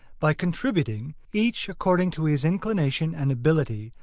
by contributing, each according to his inclination and ability,